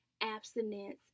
abstinence